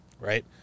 right